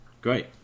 Great